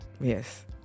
yes